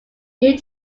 new